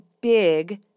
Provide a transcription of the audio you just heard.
big